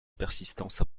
persistance